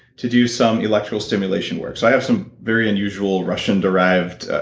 to do some electrical stimulation work, so i have some very unusual russian-derived